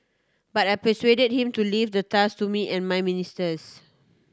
but I persuade him to leave the task to me and my ministers